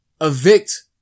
evict